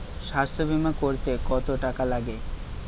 স্বাস্থ্যবীমা করতে কত টাকা লাগে?